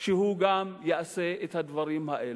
שגם הוא יעשה את הדברים האלה.